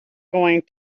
going